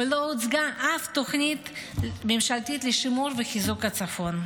ולא הוצגה אף תוכנית ממשלתית לשימור וחיזוק הצפון.